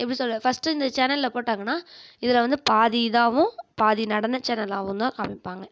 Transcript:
எப்படி சொல்ல ஃபஸ்ட்டு இந்த சேனலில் போட்டாங்கன்னா இதில் வந்து பாதி இதாகவும் பாதி நடனச் சேனலாகவுந்தான் காமிப்பாங்க